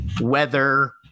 weather